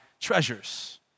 treasures